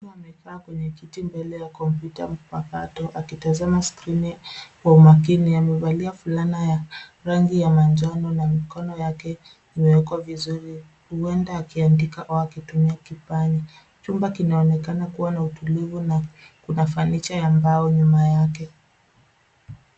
tu amekaa kwenye kiti mbele ya kompyuta pakato akitazama skrini kwa umakni. Amevalia fulana ya rangi ya manjano na mikono yake imewekwa vizuri huenda akiandika au akitumia kipanya. Chumba kinaonekana kuwa na utulivu na kuna fanicha ya mbao nyuma yake.